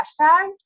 hashtag